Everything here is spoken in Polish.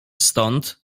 stąd